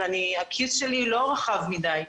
אבל הכיס שלי לא רחב מדי.